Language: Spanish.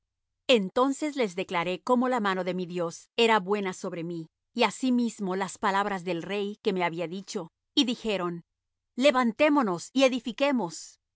entonces les declaré cómo la mano de mi dios era buena sobre mí y asimismo las palabras del rey que me había dicho y dijeron levantémonos y edifiquemos